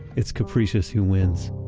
it's capricious who wins.